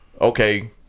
Okay